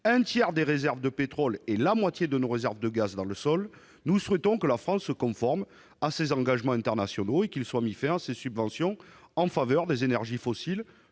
un tiers des réserves de pétrole et la moitié de nos réserves de gaz, nous souhaitons que la France se conforme à ses engagements internationaux et qu'il soit mis fin à ces subventions en faveur des énergies fossiles